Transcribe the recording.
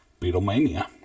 Beatlemania